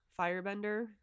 firebender